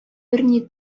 берни